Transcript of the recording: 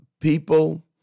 people